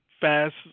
fast